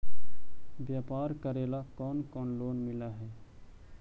व्यापार करेला कौन कौन लोन मिल हइ?